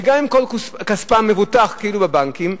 וגם אם כל כספם מבוטח כאילו בבנקים,